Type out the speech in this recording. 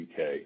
UK